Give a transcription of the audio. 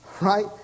Right